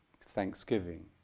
thanksgiving